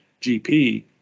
GP